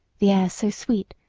the air so sweet,